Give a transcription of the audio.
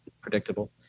predictable